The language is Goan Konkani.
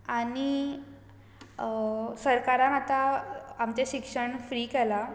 आनी सरकारान आतां आमचें शिक्षण फ्री केलां